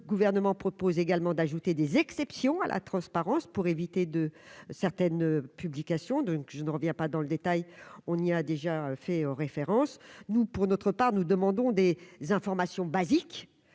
le gouvernement propose également d'ajouter des exceptions à la transparence pour éviter de certaines publications, donc je ne reviens pas dans le détail, on lui a déjà fait aux références nous pour notre part, nous demandons des informations basiques